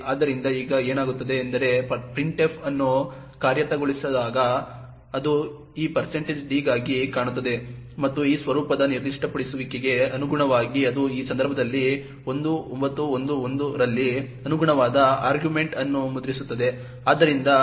ಆದ್ದರಿಂದ ಈಗ ಏನಾಗುತ್ತದೆ ಎಂದರೆ printf ಅನ್ನು ಕಾರ್ಯಗತಗೊಳಿಸಿದಾಗ ಅದು ಈ d ಗಾಗಿ ಕಾಣುತ್ತದೆ ಮತ್ತು ಈ ಸ್ವರೂಪದ ನಿರ್ದಿಷ್ಟಪಡಿಸುವಿಕೆಗೆ ಅನುಗುಣವಾಗಿ ಅದು ಈ ಸಂದರ್ಭದಲ್ಲಿ 1911 ರಲ್ಲಿ ಅನುಗುಣವಾದ ಆರ್ಗ್ಯುಮೆಂಟ್ ಅನ್ನು ಮುದ್ರಿಸುತ್ತದೆ